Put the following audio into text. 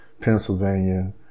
Pennsylvania